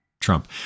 Trump